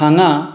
हांगा